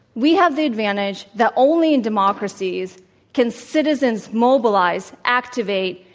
we have the advantage that only in democracies can citizens mobilize, activate,